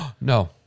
No